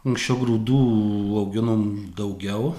anksčiau grūdų auginom daugiau